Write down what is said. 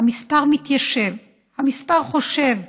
המספר מתיישב / המספר חושב